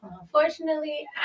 Unfortunately